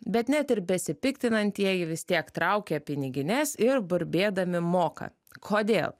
bet net ir besipiktinantieji vis tiek traukia pinigines ir burbėdami moka kodėl